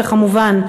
וכמובן,